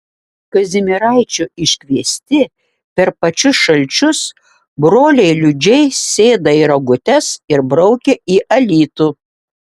kazimieraičio iškviesti per pačius šalčius broliai liudžiai sėda į rogutes ir braukia į alytų